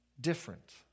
different